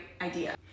idea